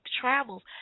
travels